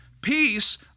Peace